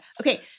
Okay